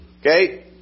okay